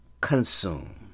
consume